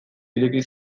ireki